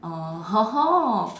oh